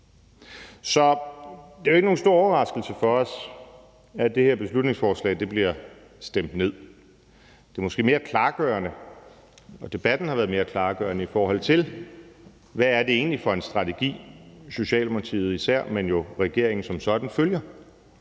Så det er jo ikke nogen stor overraskelse for os, at det her beslutningsforslag bliver stemt ned. Det er måske mere klargørende – debatten har været mere klargørende – i forhold til hvad det egentlig er for en strategi, især Socialdemokratiet, men jo også regeringen som sådan følger.